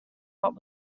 what